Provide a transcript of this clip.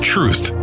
Truth